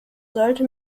sollte